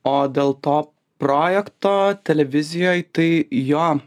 o dėl to projekto televizijoj tai jo